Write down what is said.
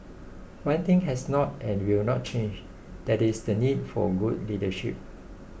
one thing has not and will not change that is the need for good leadership